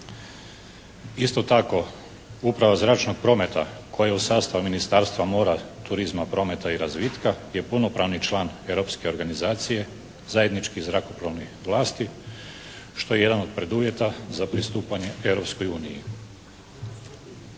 Isto tako uprava zračnog prometa koja je u sastavu Ministarstva, mora, turizma, prometa i razvitka je punopravni član europske organizacije zajedničkih zrakoplovnih vlasati što je jedan od preduvjeta za pristupanje Europskoj uniji.